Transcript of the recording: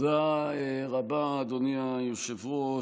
תודה רבה, אדוני היושב-ראש.